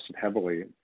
heavily